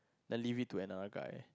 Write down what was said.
then leave it to another guy